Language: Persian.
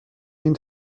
این